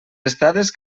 estades